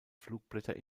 flugblätter